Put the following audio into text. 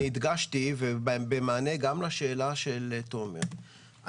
אני הדגשתי גם במענה לשאלה של תומר,